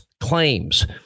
claims